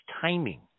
timing